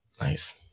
Nice